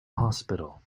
hospital